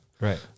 Right